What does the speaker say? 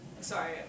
Sorry